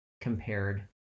compared